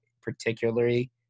particularly